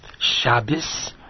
Shabbos